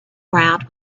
ground